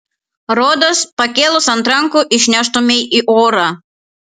rodos pakėlus ant rankų išneštumei į orą